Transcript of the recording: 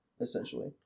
essentially